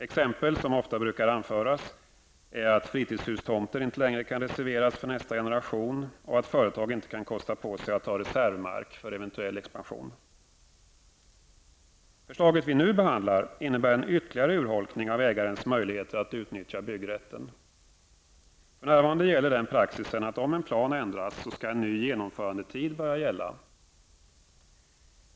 Exempel som ofta brukar anföras är att fritidshustomter inte längre kan reserveras för nästa generation och att företag inte kan kosta på sig att ha reservmark för eventuell expansion. Förslaget som vi nu behandlar innebär en ytterligare urholkning av ägarens möjlighet att utnyttja byggrätten. För närvarande gäller den praxis att om en plan ändras skall en ny genomförandetid börja gälla.